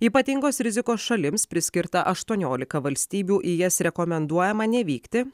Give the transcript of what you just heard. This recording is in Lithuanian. ypatingos rizikos šalims priskirta aštuoniolika valstybių į jas rekomenduojama nevykti